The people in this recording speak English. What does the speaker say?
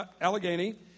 Allegheny